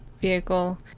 vehicle